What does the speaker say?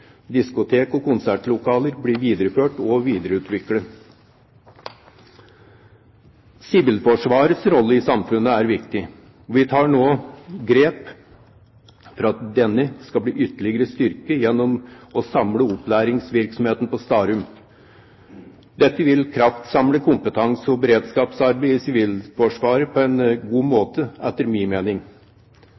diskotek og konsertlokaler blir videreført og videreutviklet. Sivilforsvarets rolle i samfunnet er viktig, og vi tar nå grep for at denne skal bli ytterligere styrket gjennom å samle opplæringsvirksomheten på Starum. Dette vil kraftsamle kompetanse- og beredskapsarbeidet i Sivilforsvaret på en god måte, etter min mening.